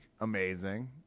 Amazing